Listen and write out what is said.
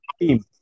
team